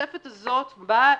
התוספת הזו באה